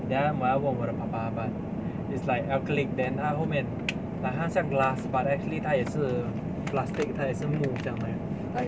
等一下我要问我的爸爸 but it's like acrylic then 它后面 like 它像 glass but actually 它也是 plastic 它也是木这样的 leh